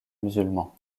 musulman